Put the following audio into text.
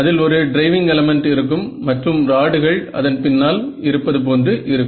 அதில் ஒரு driving element இருக்கும் மற்றும் ராடுகள் அதன் பின்னால் அங்கே இருப்பது போன்று இருக்கும்